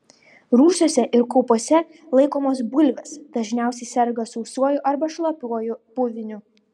rūsiuose ir kaupuose laikomos bulvės dažniausiai serga sausuoju arba šlapiuoju puviniu